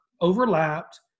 overlapped